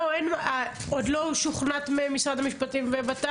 לא, עוד לא שוכנעת על ידי משרד המשפטים ובט"פ?